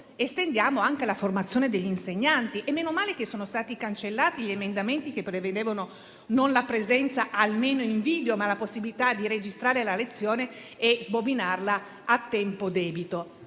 questo anche alla formazione degli insegnanti. E meno male che sono stati cancellati gli emendamenti che non prevedevano la presenza in video e la possibilità di registrare la lezione e sbobinarla a tempo debito.